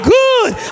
good